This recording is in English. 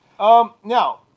Now